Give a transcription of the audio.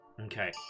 Okay